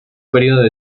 periodo